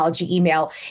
email